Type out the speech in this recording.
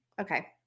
okay